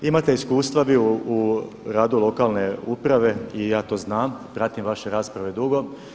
Imate iskustva vi u radu lokalne uprave i ja to znam, pratim vaše rasprave dugo.